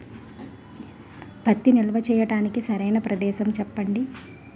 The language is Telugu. పత్తి నిల్వ చేయటానికి సరైన ప్రదేశం చెప్పండి?